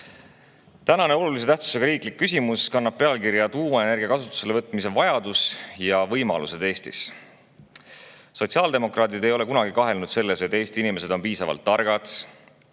Tänane olulise tähtsusega riiklik küsimus kannab pealkirja "Tuumaenergia kasutuselevõtmise vajadus ja võimalused Eestis".Sotsiaaldemokraadid ei ole kunagi kahelnud selles, et Eesti inimesed on piisavalt targad,